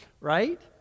right